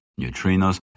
neutrinos